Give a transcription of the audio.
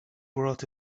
brought